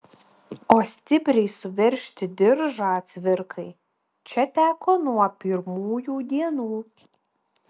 o stipriai suveržti diržą cvirkai čia teko nuo pirmųjų dienų